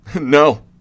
No